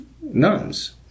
nuns